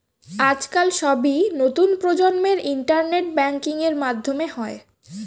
আজকাল সবই নতুন প্রজন্মের ইন্টারনেট ব্যাঙ্কিং এর মাধ্যমে হয়